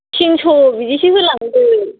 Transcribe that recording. थिनस' बिदिसो होलांदो